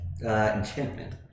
enchantment